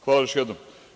Hvala, još jednom.